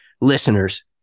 listeners